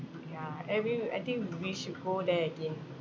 ya and we I think we should go there again